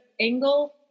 angle